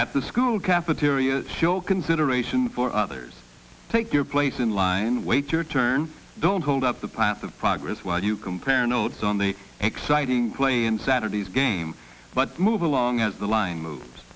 at the school cafeteria show consideration for others take your place in line wait to return don't hold up the path of progress while you compare notes on the exciting play in saturday's game but move along as the line moves